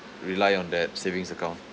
rely on that savings account